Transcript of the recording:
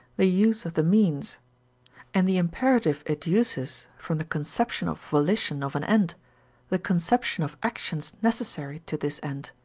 the use of the means and the imperative educes from the conception of volition of an end the conception of actions necessary to this end.